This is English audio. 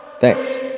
Thanks